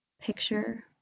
Picture